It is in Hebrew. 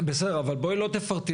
בסדר, אבל בואי לא תפרטי.